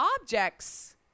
objects